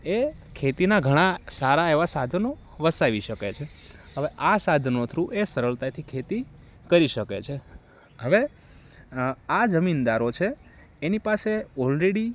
એ ખેતીના ઘણા સારા એવા સાધનો વસાવી શકે છે હવે આ સાધનો થ્રુ એ સરળતાથી ખેતી કરી શકે છે હવે અ આ જમીનદારો છે એની પાસે ઓલરેડી